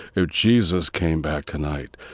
if jesus came back tonight,